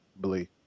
believe